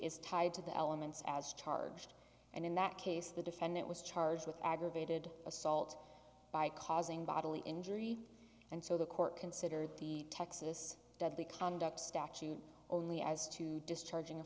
is tied to the elements as charged and in that case the defendant was charged with aggravated assault by causing bodily injury and so the court considered the texas deadly conduct statute only as to discharging a